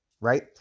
right